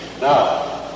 Now